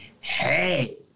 Hey